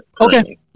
okay